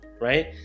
right